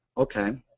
okay.